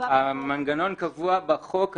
חובה --- המנגנון קבוע בחוק היום,